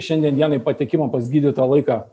šiandien dienai patekimo pas gydytoją laiką